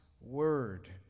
Word